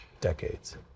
decades